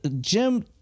Jim